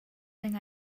thing